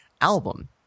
album